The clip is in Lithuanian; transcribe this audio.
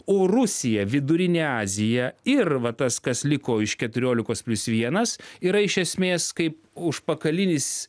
o rusija vidurinę azija ir va tas kas liko iš keturiolikos plius vienas yra iš esmės kaip užpakalinis